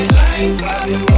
life